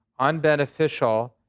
unbeneficial